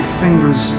fingers